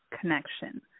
connection